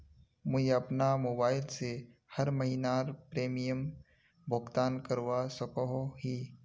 मुई अपना मोबाईल से हर महीनार प्रीमियम भुगतान करवा सकोहो ही?